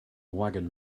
wagon